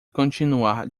continuar